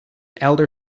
elder